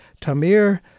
Tamir